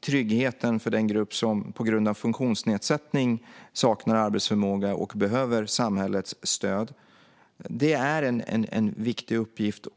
tryggheten för den grupp som på grund av funktionsnedsättning saknar arbetsförmåga och behöver samhällets stöd, är viktigt.